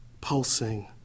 pulsing